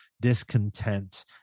discontent